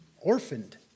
orphaned